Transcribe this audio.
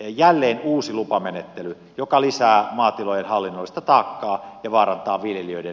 jälleen uusi lupamenettely joka lisää maatilojen hallinnollista taakkaa ja vaarantaa viljelijöiden oikeusturvan